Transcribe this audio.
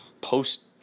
post